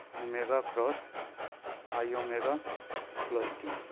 omega cross i omega plus t.